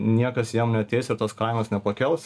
niekas jiem neateis ir tos kainos nepakels